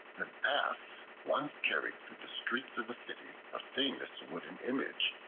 ass once carried through the streets of a city a famous wooden image,